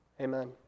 amen